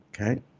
Okay